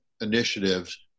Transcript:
initiatives